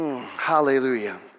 Hallelujah